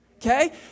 Okay